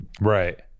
Right